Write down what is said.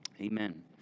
Amen